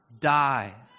die